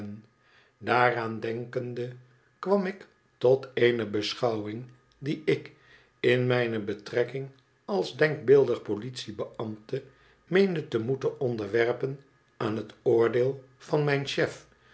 daaraan denkende kwam ik tot eene beschouwing die ik in mijne betrekking als denkbeeldig politiebeambte meende te moeten onderwerpen aan het oordeel van mijn chef